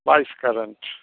बाईस कैरेंट